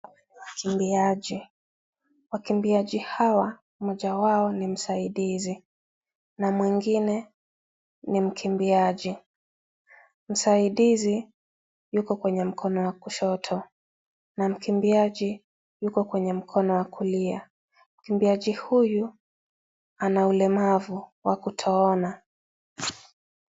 Wakimbiaji , wakimbiaji hawa mmoja wao ni msaidizi na mwingine mkimbiaji, msaidizi yuko kwenye mkono wa kushoto na mkimbiaji yuko kwenye mkono wa kulia. Mkimbiaji huyu ana ulemavu wa kutoona.